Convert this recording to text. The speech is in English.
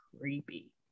creepy